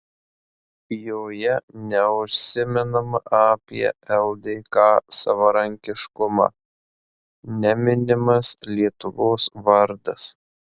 joje neužsimenama apie ldk savarankiškumą neminimas lietuvos vardas